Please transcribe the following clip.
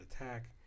attack